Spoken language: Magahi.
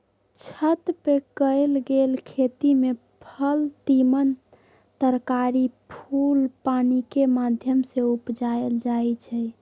छत पर कएल गेल खेती में फल तिमण तरकारी फूल पानिकेँ माध्यम से उपजायल जाइ छइ